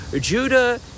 judah